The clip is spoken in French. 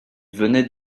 venait